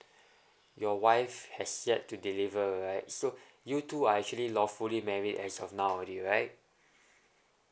your wife has yet to deliver right so you two are actually lawfully married as of now already right